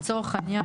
לצורך העניין,